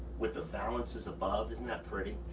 with the balances above isn't that pretty?